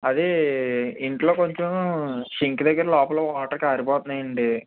అదే ఇంట్లో కొంచెం సింక్ దగ్గర లోపల వాటర్ కారిపోతున్నాయి అండి